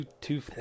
two